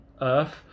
earth